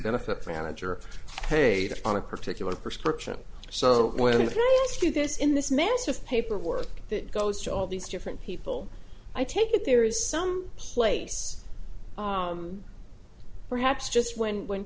benefit from manager paid on a particular prescription so when you get used to this in this massive paperwork that goes to all these different people i take it there is some place perhaps just when when